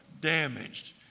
damaged